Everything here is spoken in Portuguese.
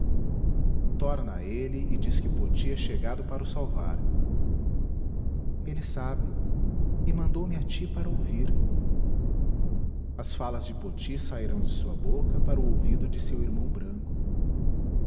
a ele e diz que poti é chegado para o salvar ele sabe e mandou-me a ti para ouvir as falas de poti sairão de sua boca para o ouvido de seu irmão branco